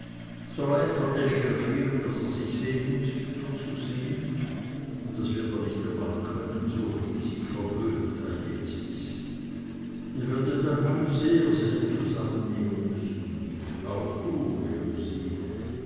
soll er etwa telegraphieren daß er sich sehnt uns wiederzusehn und das wird er nicht einmal können so riesig verwöhnt er jetzt ist ihr werdet euch alle sehr zusammennehmen müssen auch du